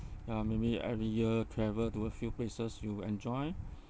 ya maybe every year travel to a few places you enjoy